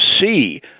see